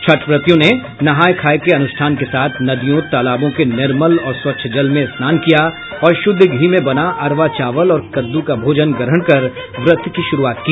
छठव्रतियों ने नहाय खाय के अनुष्ठान के साथ नदियों तालाबों के निर्मल और स्वच्छ जल में स्नान किया और शुद्ध घी में बना अरवा चावल और कद्दू का भोजन ग्रहण कर व्रत की शुरूआत की